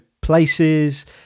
places